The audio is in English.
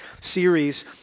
series